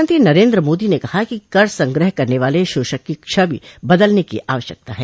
प्रधानमंत्री नरेन्द्र मोदी ने कहा कि कर संग्रह करने वाले शोषक की छवि बदलने की आवश्यकता है